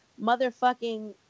motherfucking